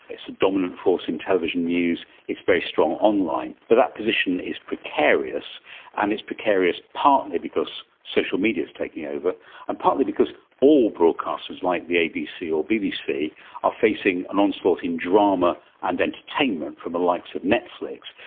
is a dominant force in television news, it's very strong online, but that position is precarious and it's precarious partly because social media is taking over and partly because all broadcasters like the abc or bbc are facing an onslaught in drama and entertainment from the likes of netflix,